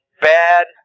Bad